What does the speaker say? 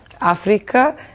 Africa